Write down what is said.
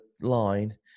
line